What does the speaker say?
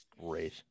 Great